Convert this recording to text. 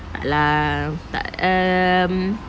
tak lah tak um